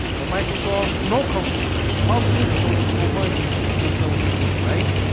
but microsoft no company. the publishers don't see no money from the silvius games, right?